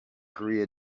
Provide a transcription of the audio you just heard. korea